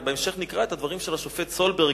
בהמשך נקרא את הדברים של השופט סולברג,